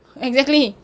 exactly